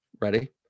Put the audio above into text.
ready